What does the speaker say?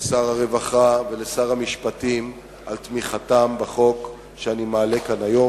לשר הרווחה ולשר המשפטים על תמיכתם בחוק שאני מעלה כאן היום,